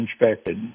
inspected